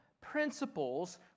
principles